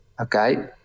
okay